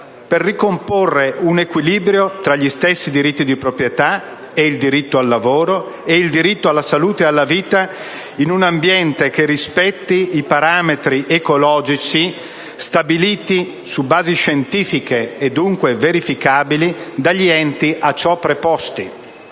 per ricomporre un equilibrio tra gli stessi diritti di proprietà e il diritto al lavoro e il diritto alla salute e alla vita in un ambiente che rispetti i parametri ecologici stabiliti su basi scientifiche, e dunque verificabili, dagli enti a ciò preposti